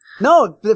no